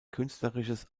künstlerisches